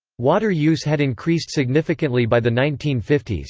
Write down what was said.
water use had increased significantly by the nineteen fifty s,